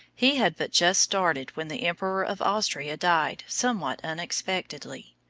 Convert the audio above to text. he had but just started when the emperor of austria died somewhat unexpectedly.